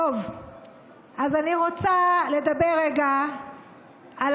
אני רוצה לדבר רגע על